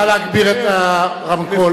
נא להגביר את הרמקול.